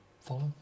follow